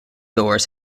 doors